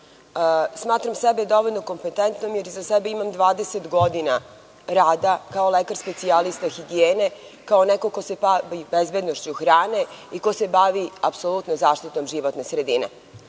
Smatram sebe dovoljno kompetentnom, jer iza sebe imam 20 godina rada kao lekar specijalista higijene. Kao neko ko se bavi bezbednošću hrane i ko se bavi apsolutno zaštitom životne sredine.